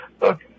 look